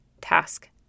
Task